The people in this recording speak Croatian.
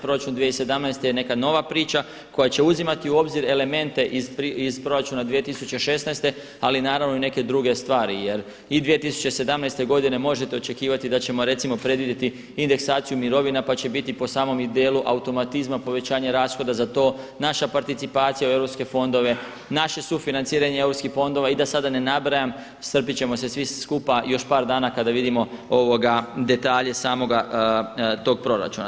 Proračun 2017. je neka nova priča koja će uzimati u obzir elemente iz proračuna 2016. ali naravno i neke druge stvari jer i 2017. godine možete očekivati da ćemo recimo predvidjeti indeksaciju mirovina pa će biti po samom dijelu automatizma, povećanje rashoda za to, naša participacija u EU fondove, naše sufinanciranje europskih fondova i da sada ne nabrajam strpjeti ćemo se svi skupa još par dana kada vidimo detalje samoga tog proračuna.